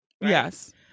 Yes